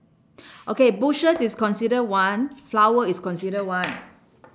okay bushes is consider one flower is consider one